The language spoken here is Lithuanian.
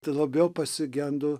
tai labiau pasigendu